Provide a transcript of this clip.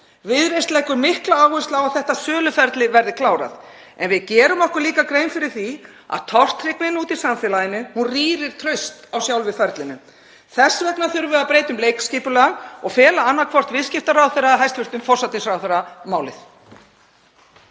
Viðreisn leggur mikla áherslu á að þetta söluferli verði klárað en við gerum okkur líka grein fyrir því að tortryggnin úti í samfélaginu rýrir traust á sjálfu ferlinu. Þess vegna þurfum við að breyta um leikskipulag og fela annaðhvort hæstv. viðskiptaráðherra eða hæstv. forsætisráðherra málið.